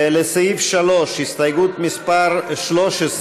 לסעיף 3, הסתייגות מס' 13,